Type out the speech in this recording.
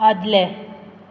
आदलें